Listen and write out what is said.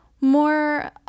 more